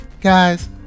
guys